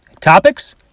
Topics